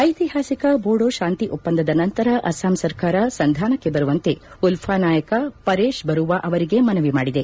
ಐತಿಹಾಸಿಕ ಬೋಡೋ ಶಾಂತಿ ಒಪ್ಪಂದದ ನಂತರ ಅಸ್ವಾಂ ಸರ್ಕಾರ ಸಂಧಾನಕ್ಕೆ ಬರುವಂತೆ ಉಲ್ವಾ ನಾಯಕ ಪರೇಶ್ ಬರೂವಾ ಅವರಿಗೆ ಮನವಿ ಮಾಡಿದೆ